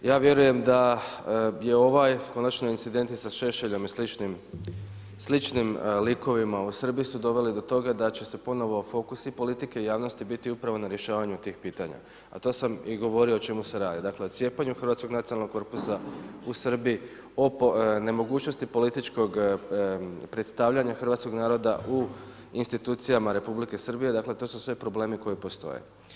Ja vjerujem da je ovaj konačno incident sa Šešeljom i sličnim likovima u Srbiji su doveli do toga da će se ponovo fokus i politike javnosti biti upravo na rješavanju tih pitanja, a to sam govorio o čemu se radi, dakle o cijepanju hrvatskog nacionalnog korpusa u Srbiji, o nemogućnosti političkog predstavljanja hrvatskog naroda u institucijama Republike Srbije, dakle to su sve problemi koji postoje.